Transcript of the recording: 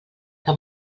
que